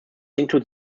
include